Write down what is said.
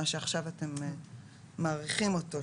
מה שעכשיו אתם מאריכים אותו,